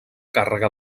càrrega